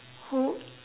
who